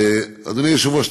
ואדוני היושב-ראש,